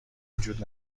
وجود